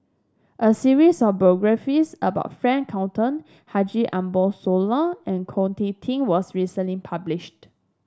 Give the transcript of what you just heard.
a series of biographies about Frank Cloutier Haji Ambo Sooloh and Ko Teck Kin was recently published